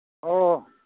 ꯑꯣ